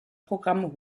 programm